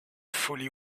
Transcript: fully